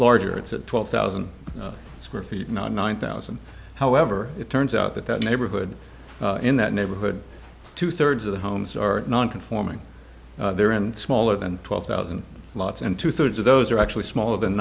larger it's twelve thousand square feet not nine thousand however it turns out that that neighborhood in that neighborhood two thirds of the homes or non conforming there and smaller than twelve thousand dollars lots and two thirds of those are actually smaller than